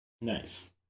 Nice